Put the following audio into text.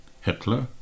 Hitler